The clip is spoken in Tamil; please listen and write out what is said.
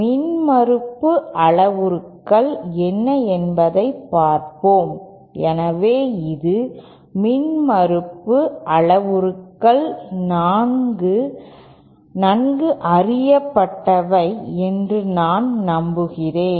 மின்மறுப்பு அளவுருக்கள் என்ன என்பதைப் பார்ப்போம் எனவே இது மின்மறுப்பு அளவுருக்கள் நன்கு அறியப்பட்டவை என்று நான் நம்புகிறேன்